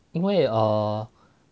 因为 err